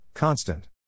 Constant